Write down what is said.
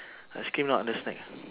ice cream not under snack